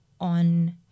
on